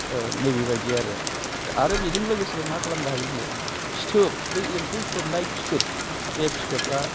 नैबेबायदि आरो आरो बेजों लोगोसे मा खालामनो हायो जोङो फिथोब बे एम्फौ थोबनाय फिथोब बे फिथोबा